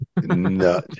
No